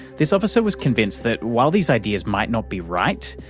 this officer was convinced that while these ideas might not be right,